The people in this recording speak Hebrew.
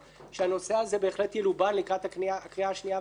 שהנושא הזה ילובן לקראת הקריאה השנייה והשלישית.